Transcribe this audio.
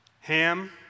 Ham